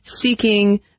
seeking